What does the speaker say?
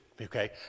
okay